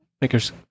makers